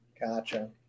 Gotcha